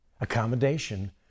Accommodation